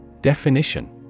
Definition